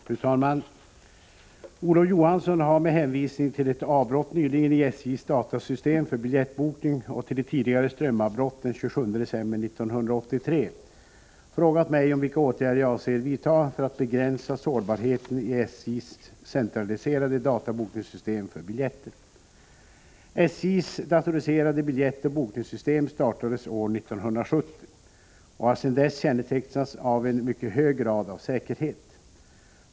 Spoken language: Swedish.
Fru talman! Olof Johansson har med hänvisning till ett avbrott nyligen i SJ:s datasystem för biljettbokning och till ett tidigare strömavbrott den 27 december 1983 frågat mig om vilka åtgärder jag avser vidta för att begränsa sårbarheten i SJ:s centraliserade databokningssystem för biljetter. SJ:s datoriserade biljettoch bokningssystem startades år 1970 och har sedan dess kännetecknats av en mycket hög grad av säkerhet.